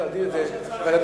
נעביר לוועדת הכנסת.